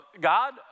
God